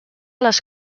les